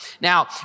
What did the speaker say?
Now